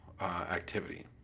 activity